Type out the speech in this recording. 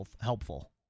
helpful